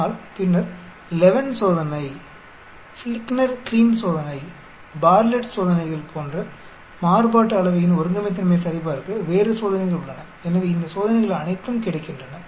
ஆனால் பின்னர் லெவன் சோதனை Levenes test ஃப்ளிக்னர் கிலீன் சோதனை பார்ட்லெட் சோதனைகள் Bartletts tests போன்று மாறுபாட்டு அளவைகளின் ஒருங்கமைத்தன்மையை சரிபார்க்க வேறு சோதனைகள் உள்ளன எனவே இந்த சோதனைகள் அனைத்தும் கிடைக்கின்றன